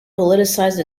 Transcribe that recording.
politicized